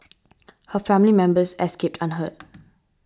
her family members escaped unhurt